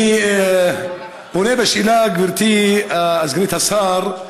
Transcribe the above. אני פונה בשאלה, גברתי סגנית השר,